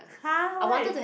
!huh! why